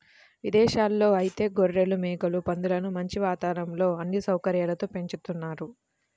ఇదేశాల్లో ఐతే గొర్రెలు, మేకలు, పందులను మంచి వాతావరణంలో అన్ని సౌకర్యాలతో పెంచుతున్నారు